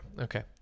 Okay